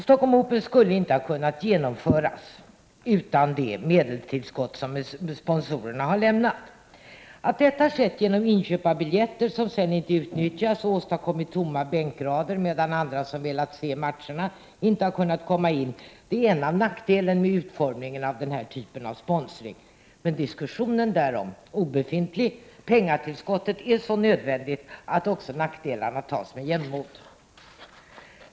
Stockholm Open skulle inte ha kunnat genomföras utan de medeltillskott som sponsorerna har lämnat. Att detta skett genom inköp av biljetter som sedan inte utnyttjats av dem som köpt biljetterna, vilket lett till tomma bänkrader, medan andra som velat se matcherna inte har kunnat komma in, är en av nackdelarna med utformningen av denna typ av sponsring. Men diskussionen därom har varit obefintlig. Pengatillskottet är så nödvändigt att också nackdelarna tas med jämnmod.